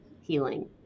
healing